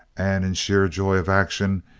and, in sheer joy of action,